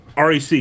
rec